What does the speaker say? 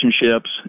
relationships